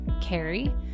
Carrie